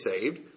saved